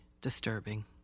disturbing